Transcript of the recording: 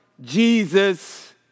Jesus